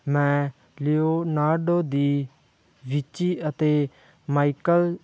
ਮੈਂ Leonardo da Vinci ਅਤੇ Michael